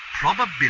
probability